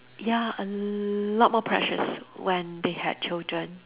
ya a lot more precious when they had children